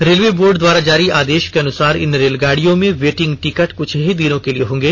railway board द्वारा जारी आदेश के अनुसार इन रेलगाड़ियों में वेटिंग टिकट कुछ ही दिनों के लिये होंगे